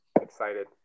excited